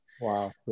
Wow